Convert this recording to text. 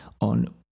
...on